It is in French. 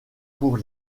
pour